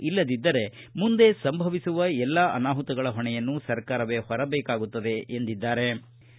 ಇಲ್ಲದಿದ್ದರೆ ಮುಂದೆ ಸಂಭವಿಸುವ ಎಲ್ಲಾ ಅನಾಹುತಗಳ ಹೊಣೆಯನ್ನು ಸರ್ಕಾರವೇ ಹೊರಬೇಕಾಗುತ್ತದೆ ಎಂದು ಕುಮಾರಸ್ವಾಮಿ ಹೇಳಿದ್ದಾರೆ